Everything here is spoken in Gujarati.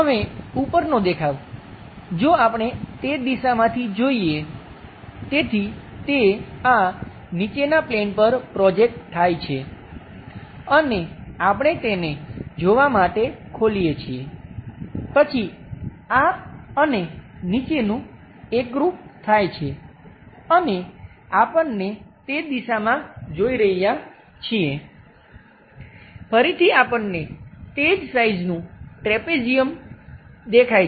હવે ઉપરનો દેખાવ જો આપણે તે દિશામાંથી જોઈએ તેથી તે આ નીચેના પ્લેન પર પ્રોજેક્ટ થાય છે અને આપણે તેને જોવા માટે ખોલીએ છીએ પછી આ અને નીચેનું એકરુપ થાય છે અને આપણે તે દિશામાં જોઈ રહ્યા છીએ ફરીથી આપણને તે જ સાઈઝનું ટ્રેપિઝિયમ દેખાય છે